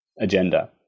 agenda